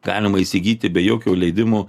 galima įsigyti be jokio leidimo